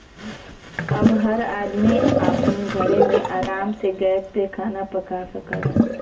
अब हर आदमी आपन घरे मे आराम से गैस पे खाना पका सकला